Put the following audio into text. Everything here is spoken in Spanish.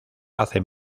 hace